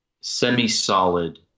semi-solid